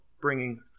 bringing